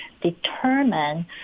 determine